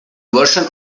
version